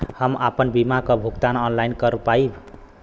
हम आपन बीमा क भुगतान ऑनलाइन कर पाईब?